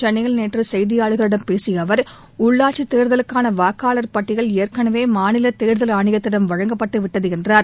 சென்னையில் நேற்று செய்தியாளர்களிடம் பேசிய அவர் உள்ளாட்சித் தேர்தலுக்கான வாக்காளர் பட்டியல் ஏற்கனவே மாநிலத் தேர்தல் ஆணையத்திடம் வழங்கப்பட்டு விட்டது என்றார்